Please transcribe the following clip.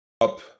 up